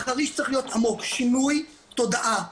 החריש צריך להיות עמוק, שינוי תודעה.